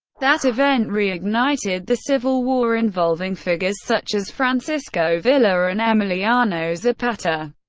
that event re-ignited the civil war, involving figures such as francisco villa and emiliano zapata,